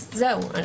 אז זהו.